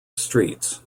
streets